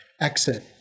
exit